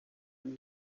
been